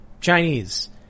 chinese